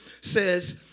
says